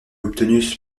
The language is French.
obtenu